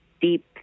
deep